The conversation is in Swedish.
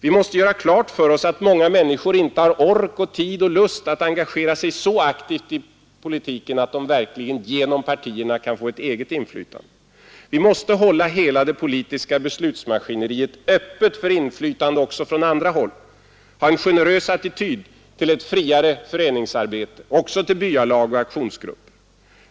Vi måste göra klart för oss att många människor inte har ork och tid och lust att engagera sig så aktivt i politiken att de verkligen genom partierna kan få ett eget inflytande. Vi måste hålla hela det politiska beslutsmaskineriet öppet för inflytande också från andra håll, ha en generös attityd till ett friare föreningsarbete, också till byalag och aktionsgrupper.